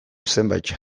zenbait